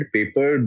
Paper